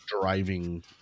driving